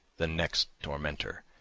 the next tormentor,